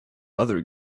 other